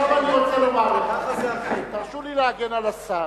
עכשיו אני רוצה לומר לכם: תרשו לי להגן על השר.